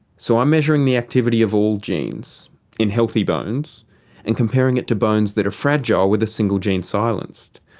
so i'm measuring the activity of all genes in healthy bones and comparing it to bones that are fragile with a single gene silenced.